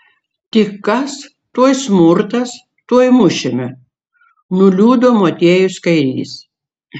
tik kas tuoj smurtas tuoj mušime nuliūdo motiejus kairys